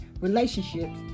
relationships